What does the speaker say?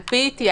על פי התייעצות